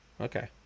Okay